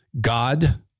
God